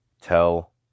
tell